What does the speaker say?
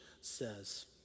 says